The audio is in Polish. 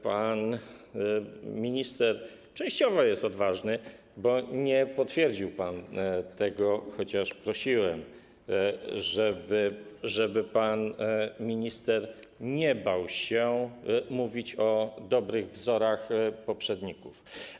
Pan minister częściowo jest odważny, bo nie potwierdził pan tego, chociaż prosiłem, żeby pan minister nie bał się mówić o dobrych wzorach poprzedników.